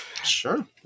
sure